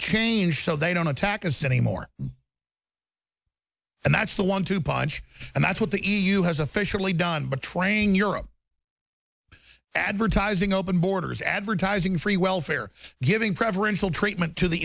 change so they don't attack us anymore and that's the one two punch and that's what the e u has officially done but trying europe advertising open borders advertising free welfare giving preferential treatment to the